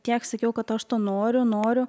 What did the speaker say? tiek sakiau kad aš to noriu noriu